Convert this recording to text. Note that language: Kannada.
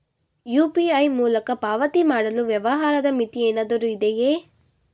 ಯು.ಪಿ.ಐ ಮೂಲಕ ಪಾವತಿ ಮಾಡಲು ವ್ಯವಹಾರದ ಮಿತಿ ಏನಾದರೂ ಇದೆಯೇ?